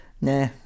nah